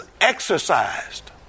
exercised